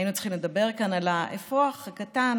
היינו צריכים לדבר כאן על האפרוח הקטן,